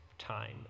time